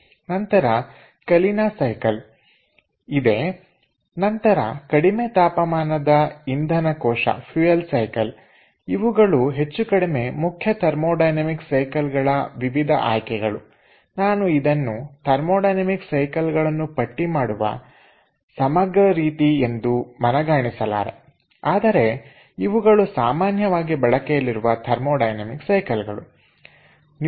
ನಂತರ Kalina cycle ಇದೆ ನಂತರ ಕಡಿಮೆ ತಾಪಮಾನದ ಇಂಧನ ಕೋಶ ಇವುಗಳು ಹೆಚ್ಚು ಕಡಿಮೆ ಮುಖ್ಯ ಥರ್ಮೊಡೈನಮಿಕ್ ಸೈಕಲ್ಗಳ ವಿವಿಧ ಆಯ್ಕೆಗಳು ನಾನು ಇದನ್ನು ಥರ್ಮೊಡೈನಮಿಕ್ ಸೈಕಲ್ ಗಳನ್ನು ಪಟ್ಟಿಮಾಡುವ ಸಮಗ್ರ ರೀತಿ ಎಂದು ಮನಗಾಣಿಸಲಾರೆ ಆದರೆ ಇವುಗಳು ಸಾಮಾನ್ಯವಾಗಿ ಬಳಕೆಯಲ್ಲಿರುವ ಥರ್ಮೊಡೈನಮಿಕ್ ಸೈಕಲ್ ಗಳು ಆಗಿವೆ